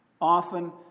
Often